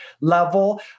level